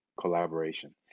collaboration